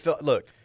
Look